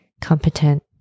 competent